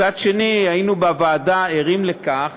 מצד שני, היינו בוועדה ערים לכך